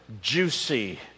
juicy